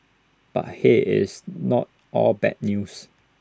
but hey IT is not all bad news